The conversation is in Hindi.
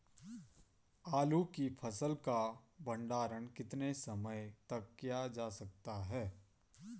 आलू की फसल का भंडारण कितने समय तक किया जा सकता है?